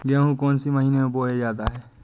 गेहूँ कौन से महीने में बोया जाता है?